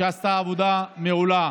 שעשתה עבודה מעולה,